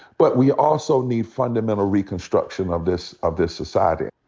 but we also need fundamental reconstruction of this of this society.